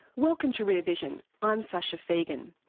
welcome to rear vision i'm sasha fegan.